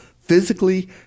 physically